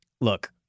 Look